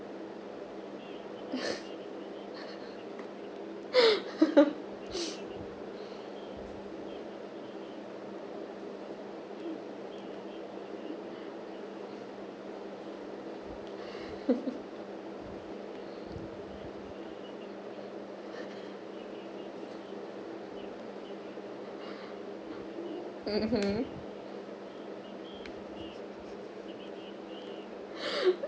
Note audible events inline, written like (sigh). (laughs) mmhmm (laughs)